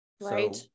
Right